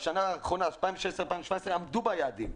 בשנים 2017-2016 עמדו ביעדים.